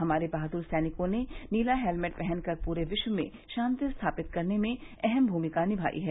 हमारे बहादुर सैनिकों ने नीला हेलमेट पहनकर पूरे विश्व में शांति स्थापित करने में अहम भूमिका निमाई है